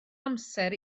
amser